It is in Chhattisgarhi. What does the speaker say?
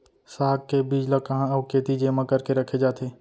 साग के बीज ला कहाँ अऊ केती जेमा करके रखे जाथे?